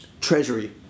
Treasury